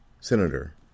senator